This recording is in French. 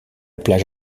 plage